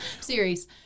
series